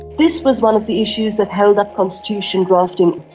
this was one of the issues that held up constitution drafting,